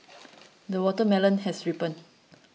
the watermelon has ripened